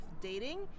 dating